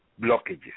blockages